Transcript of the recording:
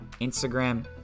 Instagram